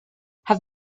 have